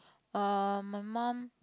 um my mum